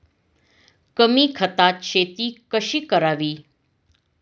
कमी खतात शेती कशी करावी?